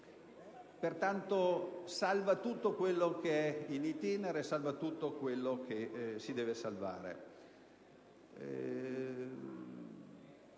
pertanto, tutto quello che è *in itinere* e tutto quello che si deve salvare.